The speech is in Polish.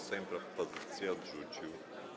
Sejm propozycje odrzucił.